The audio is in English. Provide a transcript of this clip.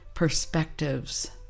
perspectives